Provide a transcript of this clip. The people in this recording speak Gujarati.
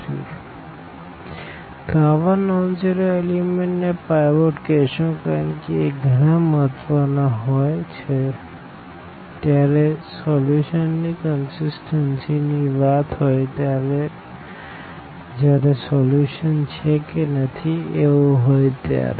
તો આવા નોન ઝીરો એલિમેન્ટ ને પાઈવોટ કેહ્શું કારણ કે એ ગણા મહત્વ ના હોઈ છે જયારે સોલ્યુશન ની કંસીસટન્સી ની વાત હોઈ ત્યારે જયારે સોલ્યુશન છે કે નથી એવું હોઈ ત્યારે